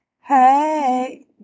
Hey